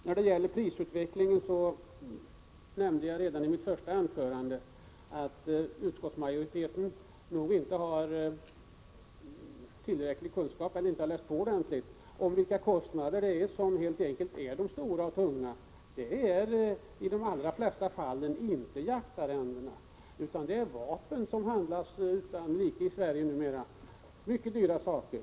När det gäller prisutvecklingen nämnde jag redan i mitt första anförande att utskottsmajoriteten nog inte har tillräckliga kunskaper, eller inte har läst på ordentligt, om vilka kostnader som helt enkelt är de stora och tunga. I de allra flesta fall är det inte kostnaderna för jaktarrende utan kostnaderna för vapen, som handlas utan like nu i Sverige. Det är mycket dyra saker.